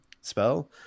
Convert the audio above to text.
spell